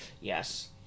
Yes